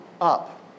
up